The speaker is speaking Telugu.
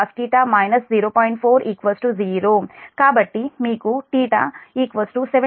4 0 కాబట్టి మీకు θ 74